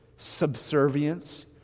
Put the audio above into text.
subservience